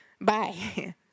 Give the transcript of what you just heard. Bye